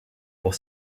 pour